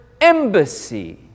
embassy